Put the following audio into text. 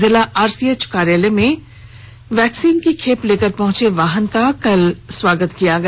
जिला आरसीएच कार्यालय में वैक्सीन की खेप लेकर पहुंचे वाहन का स्वागत किया गया